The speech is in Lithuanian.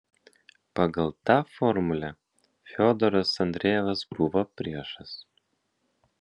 pagal tą formulę fiodoras andrejevas buvo priešas